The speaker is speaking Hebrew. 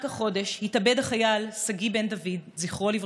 רק החודש התאבד החייל שגיא בן דוד, זכרו לברכה,